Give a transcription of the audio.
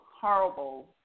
horrible